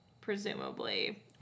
presumably